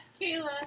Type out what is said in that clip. Kayla